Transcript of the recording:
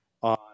on